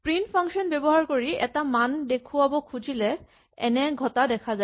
print function ব্যৱহাৰ কৰি এটা মান দেখুৱাব খুজিলেও এনে ঘটা দেখা যায়